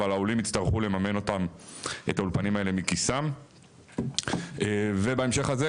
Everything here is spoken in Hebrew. אבל העולים יצטרכו לממן את האולפנים האלה מכיסם ובהמשך הזה,